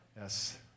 Yes